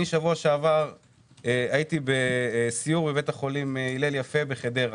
הייתי שבוע שעבר בסיור בבית החולים הילל יפה בחדרה